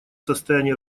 состоянии